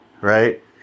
right